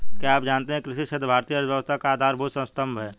क्या आप जानते है कृषि क्षेत्र भारतीय अर्थव्यवस्था का आधारभूत स्तंभ है?